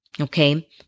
Okay